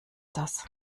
das